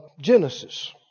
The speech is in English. Genesis